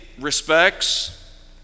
respects